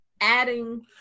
adding